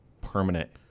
permanent